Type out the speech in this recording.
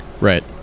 Right